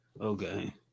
Okay